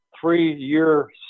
three-year